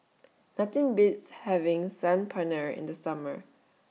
Nothing Beats having Saag Paneer in The Summer